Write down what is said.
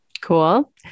Cool